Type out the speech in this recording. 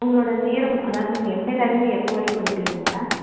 உங்களோட நேரம் அதாவது நீங்கள் எப்போலேருந்து எப்போவரைக்கும் இருப்பிங்க அங்கே